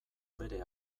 bere